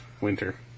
winter